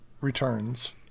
returns